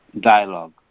dialogue